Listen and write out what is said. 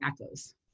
echoes